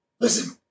Listen